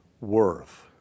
worth